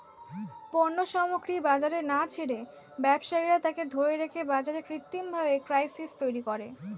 পণ্য সামগ্রী বাজারে না ছেড়ে ব্যবসায়ীরা তাকে ধরে রেখে বাজারে কৃত্রিমভাবে ক্রাইসিস তৈরী করে